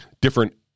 different